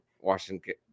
Washington